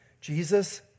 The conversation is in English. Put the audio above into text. Jesus